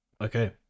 Okay